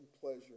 pleasure